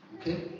Okay